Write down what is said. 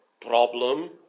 problem